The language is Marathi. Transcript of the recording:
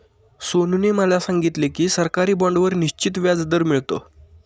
सोनूने मला सांगितले की सरकारी बाँडवर निश्चित व्याजदर मिळतो